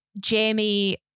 Jamie